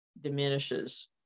diminishes